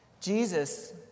Jesus